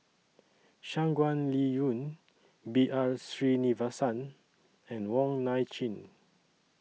Shangguan Liuyun B R Sreenivasan and Wong Nai Chin